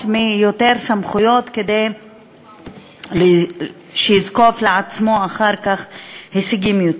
מיותר סמכויות כדי שיזקוף לעצמו אחר כך יותר הישגים.